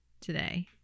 today